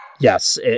yes